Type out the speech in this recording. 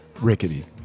Rickety